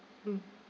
mm